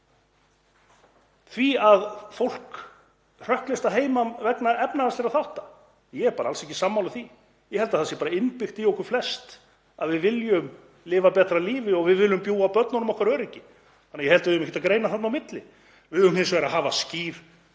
því að fólk hrökklist að heiman vegna efnahagslegra þátta. Ég er bara alls ekki sammála því. Ég held að það sé innbyggt í okkur flest að við viljum lifa betra lífi og búa börnunum okkar öryggi. Ég held að við eigum ekkert að greina þarna á milli. Við eigum hins vegar að hafa skýr